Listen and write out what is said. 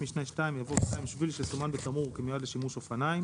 היום כתוב: נתיב המסומן בתמרור כשביל אופניים.